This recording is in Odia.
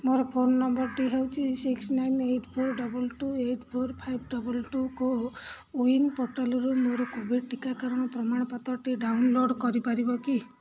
ମୋ ଫୋନ୍ ନମ୍ବରଟି ହେଉଛି six nine eight four double two eight four five double two CoWIN ପୋର୍ଟାଲ୍ରୁ ମୋର କୋଭିଡ଼୍ ଟିକାକରଣ ପ୍ରମାଣପତ୍ରଟି ଡ଼ାଉନଲୋଡ଼୍ କରିପାରିବ କି